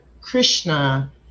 Krishna